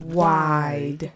Wide